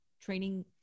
training